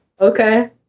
Okay